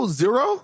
zero